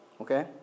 Okay